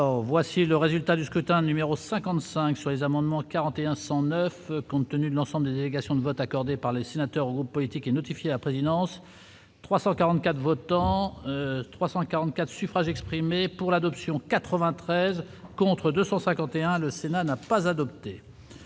Voici le résultat du scrutin numéro 55 sur les amendements 41 109 compte tenu de l'ensemble des délégations de vote accordé par les sénateurs ou politique et notifié à présidence 344 Votants 344 suffrages exprimés pour l'adoption 93 contre 251 le Sénat n'a pas adopté.